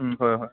হয় হয়